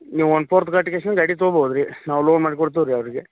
ನೀವು one fourth ಗಾಟಿ ಕೆಸಿಂದ್ ಗಾಡಿ ತಗೋಬೌದು ರೀ ನಾವು ಲೋನ್ ಮಾಡಿ ಕೊಡ್ತೀವಿ ರೀ ಅವರಿಗೆ